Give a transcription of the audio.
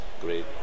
great